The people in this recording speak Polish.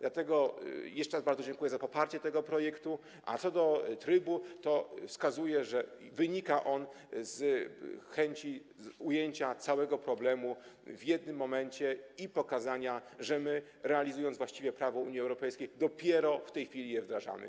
Dlatego jeszcze raz bardzo dziękuję za poparcie tego projektu, a co do trybu wskazuję, że wynika on z chęci ujęcia całego problemu kompleksowo i pokazania, że my, realizując właściwie prawo Unii Europejskiej, dopiero w tej chwili je wdrażamy.